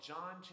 John